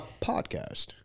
podcast